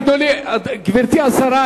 גברתי השרה,